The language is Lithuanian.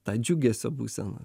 tą džiugesio būseną